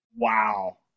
Wow